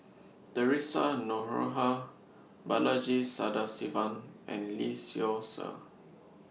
Theresa Noronha Balaji Sadasivan and Lee Seow Ser